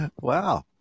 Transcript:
Wow